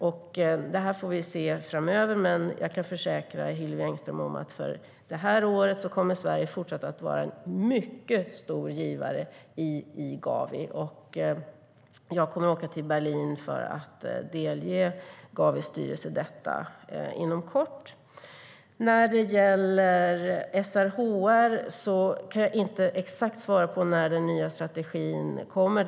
Vi får se framöver, men jag kan försäkra Hillevi Engström att för det här året kommer Sverige att fortsätta att vara en mycket stor givare i Gavi. Jag kommer inom kort att åka till Berlin för att delge Gavis styrelse detta. När det gäller SRHR kan jag inte exakt svara på när den nya strategin kommer.